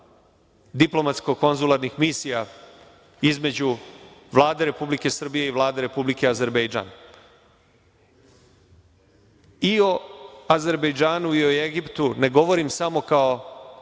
diplomatsko konzularnih misija između Vlade Republike Srbije i Vlade Republike Azerbejdžan.I o Azerbejdžanu i o Egiptu ne govorim samo kao,